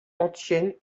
ancienne